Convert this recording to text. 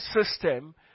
system